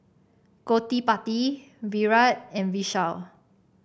Gottipati Virat and Vishal